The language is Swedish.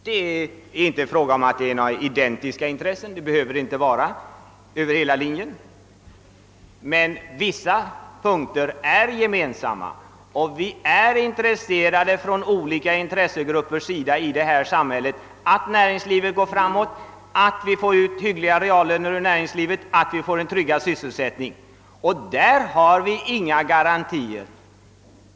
Det är inte fråga om identiska intressen — men på vissa punkter är de gemensamma och olika intressegrupper måste vara intresserade av näringslivets framåtskridande, av att få ut hyggliga reallöner ur näringslivet och av att sysselsättningen ökas. Vi har inga garantier.